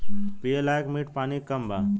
पिए लायक मीठ पानी कम बा